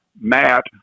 Matt